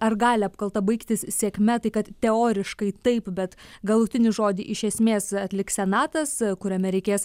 ar gali apkalta baigtis sėkme tai kad teoriškai taip bet galutinį žodį iš esmės atliks senatas kuriame reikės